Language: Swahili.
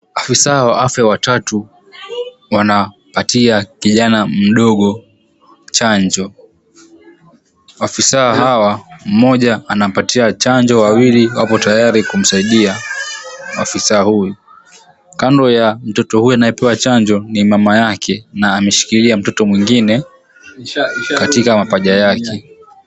Afisa wa afya watatu wanapatia kijana mdogo chanjo. Afisa hawa, mmoja anampatia chanjo, wawili wapo tayari kumsaidia afisa huyu. Kando ya mtoto huyu anayepewa chanjo ni mama yake na ameshikilia mtoto mwingine katika mapaja yake.